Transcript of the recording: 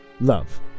love